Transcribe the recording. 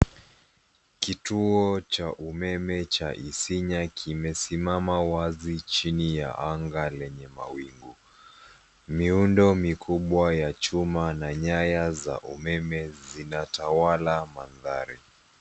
Kituo cha umeme cha Isinya kimesimama wazi chini ya anga lenye mawingu. Miundo mikubwa ya chuma na nyaya za umeme zinatawala mandhari.